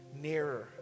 nearer